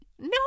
No